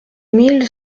mille